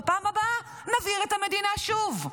בפעם הבאה נבעיר את המדינה שוב?